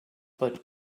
but